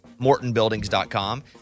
mortonbuildings.com